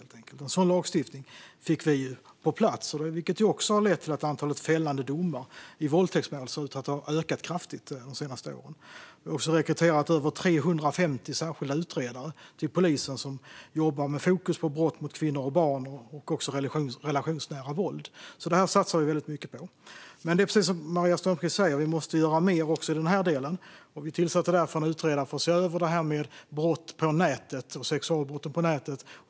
En sådan lagstiftning fick vi på plats, vilket har lett till att antalet fällande domar i våldtäktsärenden har sett ut att öka kraftigt de senaste åren. Det har också rekryterats över 350 särskilda utredare till polisen, som jobbar med fokus på brott mot kvinnor och barn samt relationsnära våld. Det satsar vi mycket på. Precis som Maria Strömkvist säger måste vi göra mer också i den här delen. Vi tillsätter därför en utredare som ska se över sexualbrott på nätet.